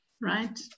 right